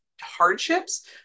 hardships